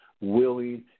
Willing